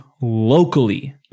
locally